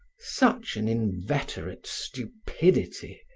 such an inveterate stupidity,